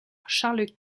charles